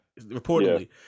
reportedly